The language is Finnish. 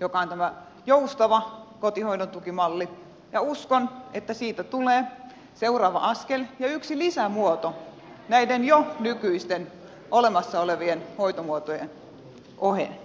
joka on tämä joustava kotihoidon tuki malli ja uskon että siitä tulee seuraava askel ja yksi lisämuoto näiden jo nykyisten olemassa olevien hoitomuotojen oheen